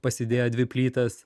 pasidėję dvi plytas